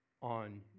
on